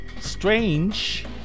strange